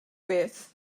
beth